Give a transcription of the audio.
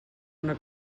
una